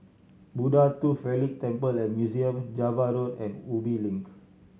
Buddha Tooth Relic Temple and Museum Java Road and Ubi Link